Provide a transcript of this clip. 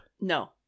No